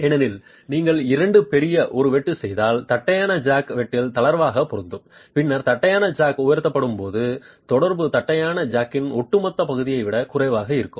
ஏனெனில் நீங்கள் இரண்டு பெரிய ஒரு வெட்டு செய்தால் தட்டையான ஜாக் வெட்டில் தளர்வாக பொருந்தும் பின்னர் தட்டையான ஜாக் உயர்த்தப்படும்போது தொடர்பு தட்டையான ஜாக்கின் ஒட்டுமொத்த பகுதியை விட குறைவாக இருக்கும்